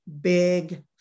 big